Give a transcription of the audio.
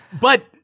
But-